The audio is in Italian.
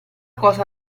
cosa